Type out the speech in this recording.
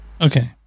okay